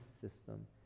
system